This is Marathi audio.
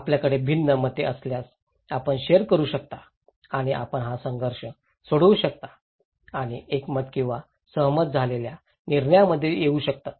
आपल्याकडे भिन्न मते असल्यास आपण शेअर करू शकता आणि आपण हा संघर्ष सोडवू शकता आणि एकमत किंवा सहमत झालेल्या निर्णयामध्ये येऊ शकता